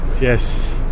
Yes